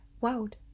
world